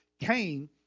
Cain